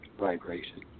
vibration